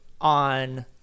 on